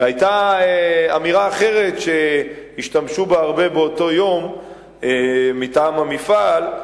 והיתה אמירה אחרת שהשתמשו בה הרבה באותו היום מטעם המפעל,